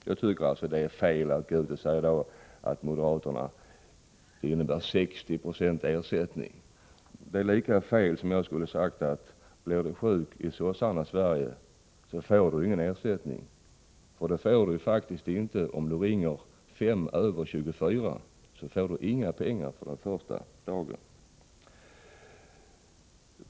Jag tycker det är fel att gå ut och säga att moderaternas förslag innebär 60 Z0 ersättning. Det är lika fel som om jag skulle ha sagt att blir du sjuk i sossarnas Sverige, så får du ingen ersättning — för det får du faktiskt inte, om du ringer 5 minuter efter kl. 24. Då får du inga pengar för den första dagen.